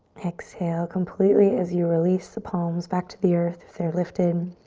exhale completely as you release the palms back to the earth if they're lifted.